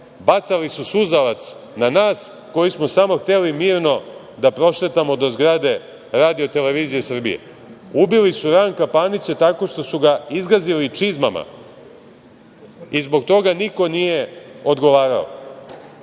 bacali su suzavac na nas koji smo samo hteli mirno da prošetamo do zgrade RTS. Ubili su Ranka Panića tako što su ga izgazili čizmama i zbog toga niko nije odgovarao.